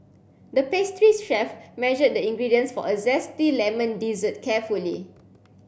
the pastry chef measured the ingredients for a zesty lemon dessert carefully